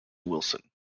wilson